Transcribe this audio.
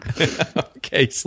Okay